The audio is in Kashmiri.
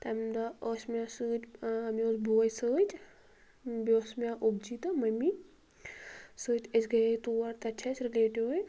تَمہِ دۄہ ٲسۍ مےٚ سۭتۍ ٲں مےٚ اوس بھوے سۭتۍ بیٚیہِ اوس مےٚ اوبجی تہٕ مٔمی سۭتۍ أسۍ گٔییے تور تَتہِ چھِ اسہِ رِلیٹِوٕے